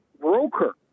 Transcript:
broker